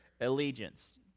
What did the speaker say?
allegiance